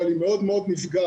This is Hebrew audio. אבל היא מאוד מאוד נפגעת,